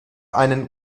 einen